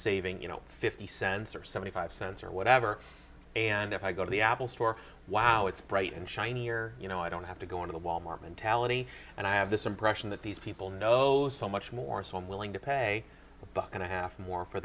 saving you know fifty cents or seventy five cents or whatever and if i go to the apple store wow it's bright and shiny or you know i don't have to go into wal mart mentality and i have this impression that these people know this so much more so i'm willing to pay a buck and a half more for